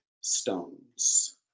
stones